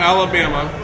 Alabama